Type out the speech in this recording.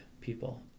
people